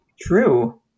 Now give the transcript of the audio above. True